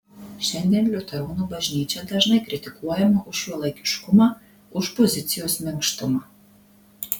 šiandien liuteronų bažnyčia dažnai kritikuojama už šiuolaikiškumą už pozicijos minkštumą